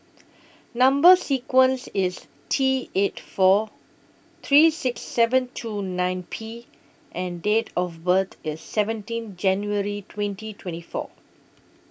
Number sequence IS T eight four three six seven two nine P and Date of birth IS seventeen January twenty twenty four